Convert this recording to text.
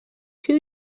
two